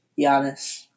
Giannis